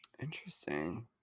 Interesting